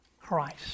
Christ